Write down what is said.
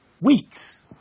weeks